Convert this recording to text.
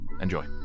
Enjoy